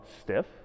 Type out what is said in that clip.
stiff